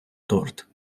торт